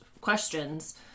questions